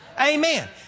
Amen